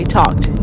talked